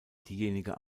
diejenige